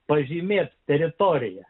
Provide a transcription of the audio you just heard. pažymėti teritoriją